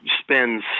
spends